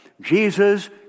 Jesus